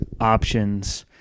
options